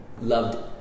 loved